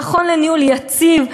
נכון לניהול יציב,